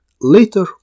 later